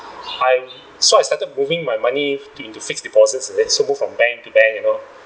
I'm so I started moving my money to into fixed deposits and then so move from bank to bank you know